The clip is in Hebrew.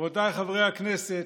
רבותיי חברי הכנסת,